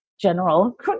general